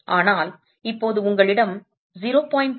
ஆனால் இப்போது உங்களிடம் 0